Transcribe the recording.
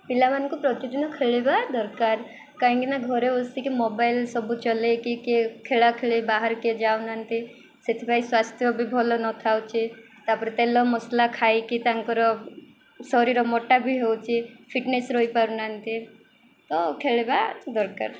ପିଲାମାନଙ୍କୁ ପ୍ରତିଦିନ ଖେଳିବା ଦରକାର କାହିଁକିନା ଘରେ ବସିକି ମୋବାଇଲ ସବୁ ଚଲେଇକି କିଏ ଖେଳା ଖେଳି ବାହାରେ କିଏ ଯାଉନାହାନ୍ତି ସେଥିପାଇଁ ସ୍ୱାସ୍ଥ୍ୟ ବି ଭଲ ନଥାଉଚି ତାପରେ ତେଲ ମସଲା ଖାଇକି ତାଙ୍କର ଶରୀର ମୋଟା ବି ହେଉଛି ଫିଟନେସ୍ ରହିପାରୁନାହାନ୍ତି ତ ଖେଳିବା ଦରକାର